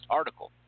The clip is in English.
article